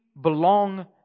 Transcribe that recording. belong